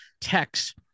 text